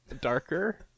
darker